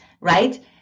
right